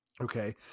Okay